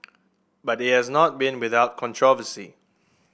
but it has not been without controversy